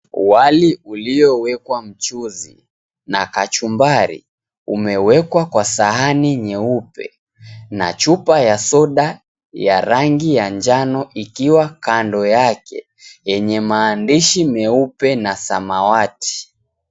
Wali uliowekwa mchuzi na kachumbari, umewekwa kwa sahani nyeupe na chupa ya soda ya rangi ya njano ikiwa kando yake, yenye maandishi meupe na samawati.